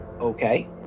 Okay